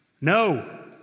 No